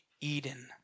Eden